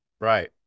Right